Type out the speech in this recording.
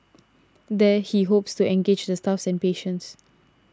there he hopes to engage the staff and patients